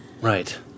Right